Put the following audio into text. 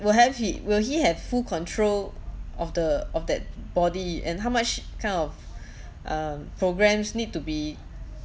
will have he will he have full control of the of that body and how much kind of uh programmes need to be